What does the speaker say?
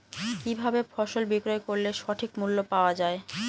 কি ভাবে ফসল বিক্রয় করলে সঠিক মূল্য পাওয়া য়ায়?